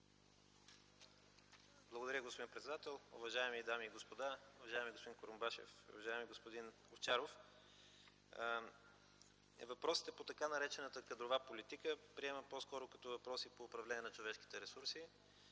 Благодаря, господин председател. Уважаеми дами и господа, уважаеми господин Курумбашев, уважаеми господин Овчаров! Въпросите по така наречената кадрова политика, приемам по-скоро като въпроси по управление на човешките ресурси.